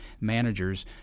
managers